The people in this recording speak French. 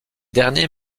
derniers